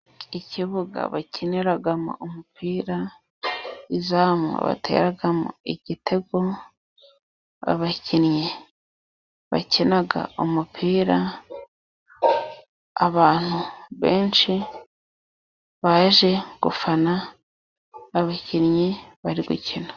Ikibuga bakiniramo umupira, izamu bateramo igitego, abakinnyi bakina umupira, abantu benshi baje gufana abakinnyi bari gukina.